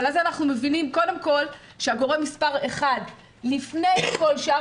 אבל אז אנחנו מבינים שהגורם מספר אחד לפני כל שאר